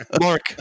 Mark